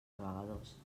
navegadors